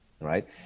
right